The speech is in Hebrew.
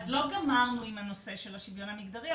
אז לא גמרנו עם הנושא השוויון המגדרי,